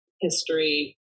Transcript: history